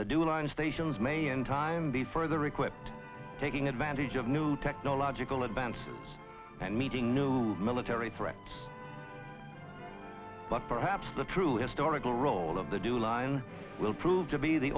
do align stations may in time be further equipped taking advantage of new technological advances and meeting new military threats but perhaps the truest oracle role of the dual line will prove to be the